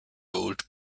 old